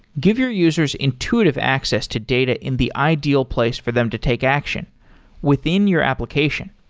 give your users intuitive access to data in the ideal place for them to take action within your application.